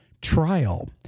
trial